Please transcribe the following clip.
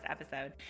episode